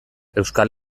euskal